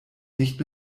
nicht